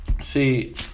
See